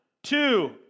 Two